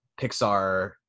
Pixar